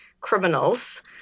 criminals